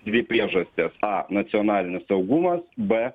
dvi priežastys a nacionalinis saugumas b